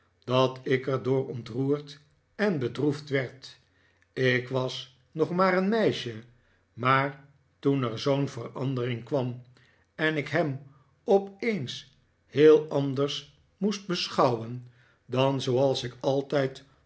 dat ik er door ontroerd en bedroefd werd ik was nog maar een meisje maar toen er zoo'n verandering kwam en david copperfield ik hem opeens heel anders moest beschouwen dan zooals ik altijd